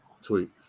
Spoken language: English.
Sweet